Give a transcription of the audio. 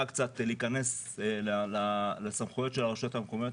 להיכנס לסמכויות של הרשויות המקומיות,